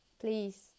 Please